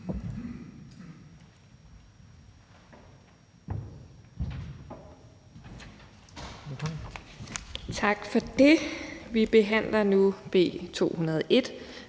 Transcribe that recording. Tak for det. Vi behandler nu B 201,